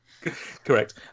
Correct